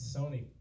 Sony